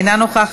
אינה נוכחת,